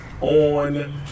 on